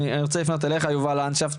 אני רוצה לפנות אליך יובל לנדשפט.